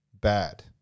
bad